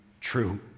true